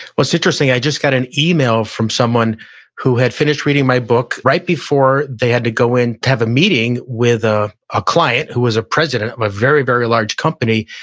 what's interesting, i just got an email from someone who had finished reading my book right before they had to go in to have a meeting with a a client who was a president of a very, very large company,